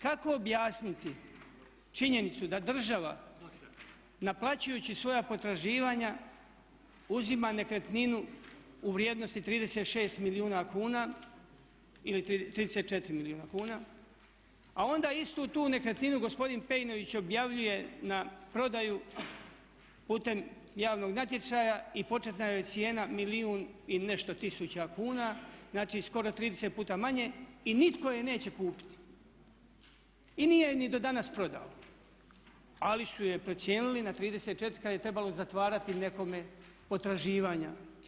Kako objasniti činjenicu da država naplaćujući svoja potraživanja uzima nekretninu u vrijednosti 36 milijuna kuna ili 34 milijuna kuna, a onda istu tu nekretninu gospodin Peinović objavljuje na prodaju putem javnog natječaja i početna joj je cijena milijun i nešto tisuća kuna, znači skoro 30 puta manje i nitko je neće kupiti i nije ju ni do danas prodao, ali su je procijenili na 34 kad je trebalo zatvarati nekome potraživanja.